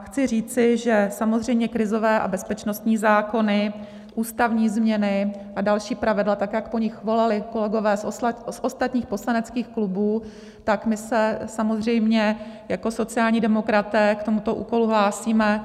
Chci říci, že samozřejmě krizové a bezpečnostní zákony, ústavní změny a další pravidla, tak jak po nich volali kolegové z ostatních poslaneckých klubů, tak my se samozřejmě jako sociální demokraté k tomuto úkolu hlásíme.